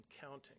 counting